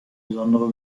besondere